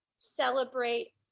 celebrate